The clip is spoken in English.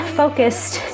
focused